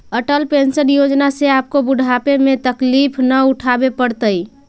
Atal pension Yojana से आपको बुढ़ापे में तकलीफ न उठावे पड़तई